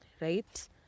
right